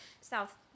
South